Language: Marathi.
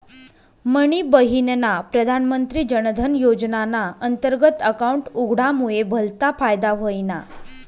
मनी बहिनना प्रधानमंत्री जनधन योजनाना अंतर्गत अकाउंट उघडामुये भलता फायदा व्हयना